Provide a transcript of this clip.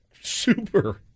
Super